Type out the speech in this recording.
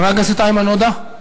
חבר הכנסת איימן עודה,